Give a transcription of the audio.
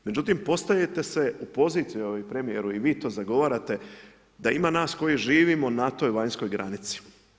Međutim, postavite se u poziciju, evo premijeru i vi to zagovarate, da ima nas koji živimo na toj vanjskoj granici.